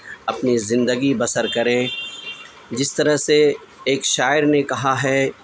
اپنی زندگی بسر کریں جس طرح سے ایک شاعر نے کہا ہے